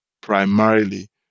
primarily